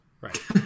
Right